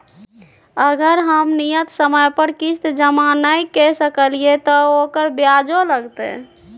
अगर हम नियत समय पर किस्त जमा नय के सकलिए त ओकर ब्याजो लगतै?